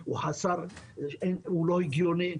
הוא לא הגיוני,